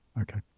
Okay